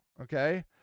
okay